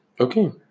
Okay